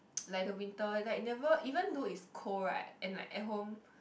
like the winter like never even though is cold right and like at home